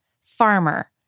farmer